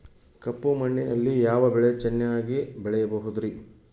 ಕಪ್ಪು ಮಣ್ಣಿನಲ್ಲಿ ಯಾವ ಬೆಳೆ ಚೆನ್ನಾಗಿ ಬೆಳೆಯಬಹುದ್ರಿ?